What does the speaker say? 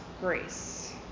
grace